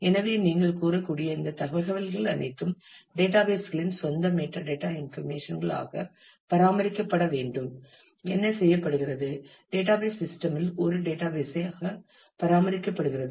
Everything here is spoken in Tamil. எனவே நீங்கள் கூறக்கூடிய இந்த தகவல்கள் அனைத்தும் டேட்டாபேஸ் களின் சொந்த மெட்டாடேட்டா இன்ஃபர்மேஷன்கள் ஆக பராமரிக்கப்பட வேண்டும் என்ன செய்யப்படுகிறது டேட்டாபேஸ் சிஸ்டம் இல் ஒரு டேட்டாபேஸ் ஆக பராமரிக்கப்படுகிறது